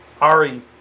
Ari